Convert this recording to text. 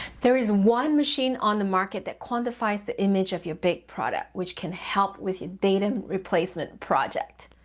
there is one machine on the market that quantifies the image of your big product which can help with your datem replacement project,